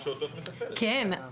כן,